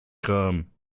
kram